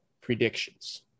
predictions